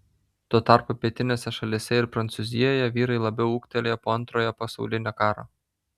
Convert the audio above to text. tuo tarpu pietinėse šalyse ir prancūzijoje vyrai labiau ūgtelėjo po antrojo pasaulinio karo